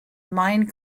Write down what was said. mine